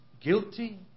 guilty